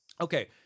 okay